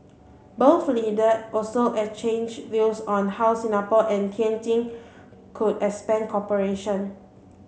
both leaders also exchanged views on how Singapore and Tianjin could expand cooperation